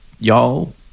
y'all